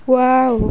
wow